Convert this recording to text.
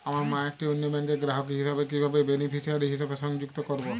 আমার মা একটি অন্য ব্যাংকের গ্রাহক হিসেবে কীভাবে বেনিফিসিয়ারি হিসেবে সংযুক্ত করব?